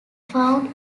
found